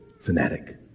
fanatic